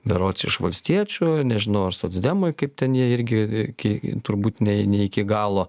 berods iš valstiečių nežinau ar socdemai kaip ten jie irgi ky turbūt ne ne iki galo